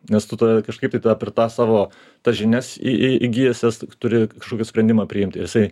nes tu tada kažkaip tai tada per tą savo tas žinias į į įgijusias tu turi kažkokį sprendimą priimti ir jisai